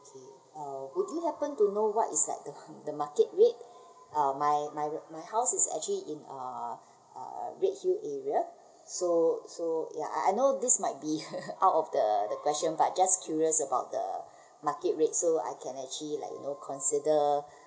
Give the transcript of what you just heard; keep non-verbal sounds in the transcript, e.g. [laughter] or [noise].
okay would you happened to know what is like the [breath] the market rate um my my my house is actually in uh uh redhill area so so ya I I know this might be [laughs] out of the the question but just curious about the market rate so I can actually like you know consider